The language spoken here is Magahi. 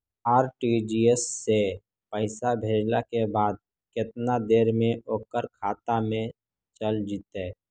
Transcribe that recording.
आर.टी.जी.एस से पैसा भेजला के बाद केतना देर मे ओकर खाता मे चल जितै?